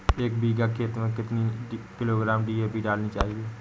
एक बीघा खेत में कितनी किलोग्राम डी.ए.पी डालनी चाहिए?